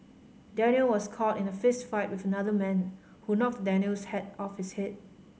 Daniel was caught in a fistfight with another man who knocked Daniel's hat off his head